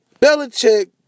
Belichick